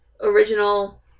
original